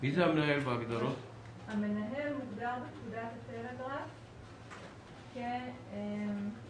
ורשאי המנהל לפי שיקול דעתו להיעזר בין היתר